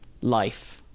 life